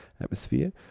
atmosphere